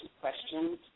questions